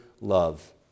love